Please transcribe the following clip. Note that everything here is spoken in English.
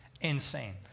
insane